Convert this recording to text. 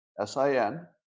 S-I-N